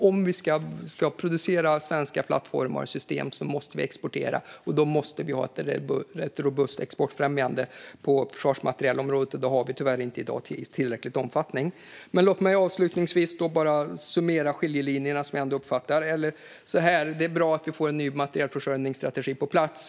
Om vi ska producera svenska plattformar och system måste vi exportera, och då måste vi ha ett robust exportfrämjande på försvarsmaterielområdet. Det har vi tyvärr inte i tillräcklig omfattning i dag. Låt mig avslutningsvis summera de skiljelinjer som jag uppfattar. Det är bra att vi får en ny materielförsörjningsstrategi på plats.